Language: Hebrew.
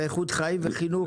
ואיכות חיים וחינוך.